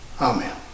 Amen